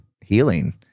healing